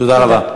תודה רבה.